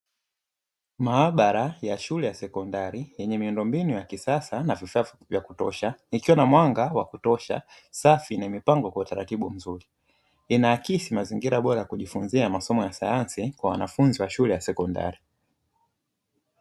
Maabara ya shule ya sekondari yenye miundombinu ya kisasa na vifaa vya kutosha, ikiwa na mwanga wa kutosha, safi na imepangwa kwa utaratibu mzuri, inaakisi mazingira bora ya kujifunzia masomo ya sayansi kwa wanafunzi wa shule ya sekondari.